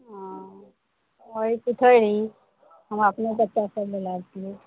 ओ ओहि तऽ छै ही हमरा अपनो बच्चा सब बला